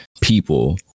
people